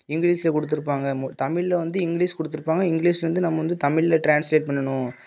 இங்கிலீஷில் கொடுத்துருப்பாங்க மொ தமிழில் வந்து இங்கிலீஷ் கொடுத்துருப்பாங்க இங்கிலீஷ்லேருந்து நம்ம வந்து தமிழில் ட்ரான்ஸ்லேட் பண்ணணும்